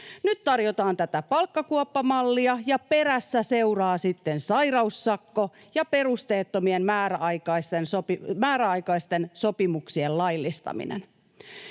Nyt tarjotaan tätä palkkakuoppamallia, ja perässä seuraavat sitten sairaussakko ja perusteettomien määräaikaisten sopimuksien laillistaminen.